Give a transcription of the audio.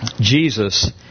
Jesus